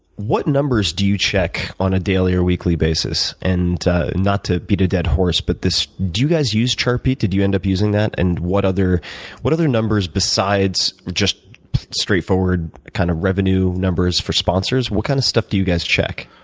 what numbers do you check on a daily or weekly basis? and not to beat a dead horse, but do you guys use chartbeat? did you end up using that and what other what other numbers besides just straightforward kind of revenue numbers for sponsors, what kind of stuff do you guys check,